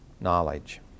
knowledge